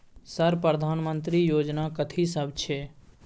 Sir प्रधानमंत्री योजना कथि सब छै?